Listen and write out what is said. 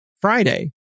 Friday